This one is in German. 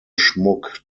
schmuck